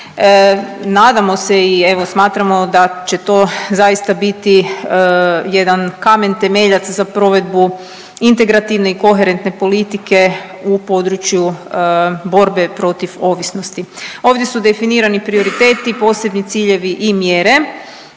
Nadamo se i evo, smatramo da će to zaista biti jedan kamen temeljac za provedbu integrativne i koherentne politike u području borbe protiv ovisnosti. Ovdje su definirati prioriteti, posebni ciljevi i mjere